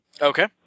Okay